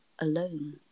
alone